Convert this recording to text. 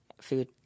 food